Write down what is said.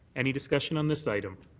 any discussion on this item?